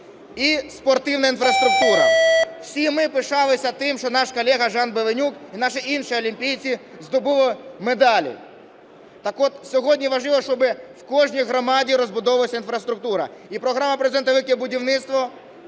І спортивна інфраструктура. Всі ми пишалися тим, що наш колега Жан Беленюк і наші інші олімпійці здобули медалі. Так от сьогодні важливо, щоб в кожній громаді розбудовувалась інфраструктура. І програма Президента "Велике будівництво",